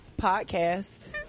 podcast